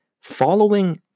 following